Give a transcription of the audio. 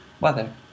weather